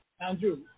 Andrew